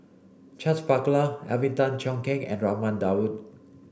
Charles Paglar Alvin Tan Cheong Kheng and Raman Daud